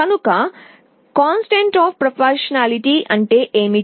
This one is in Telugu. కనుక కన్సోనెంట్ అఫ్ ప్రోపోర్తనాలిటీ ఏమిటి